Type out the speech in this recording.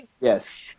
yes